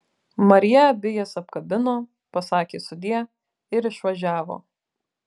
marija abi jas apkabino pasakė sudie ir išvažiavo